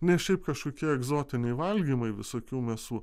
ne šiaip kažkokie egzotiniai valgymai visokių mėsų